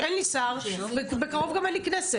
אין לי שר, בקרוב גם אין לי כנסת.